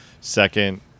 Second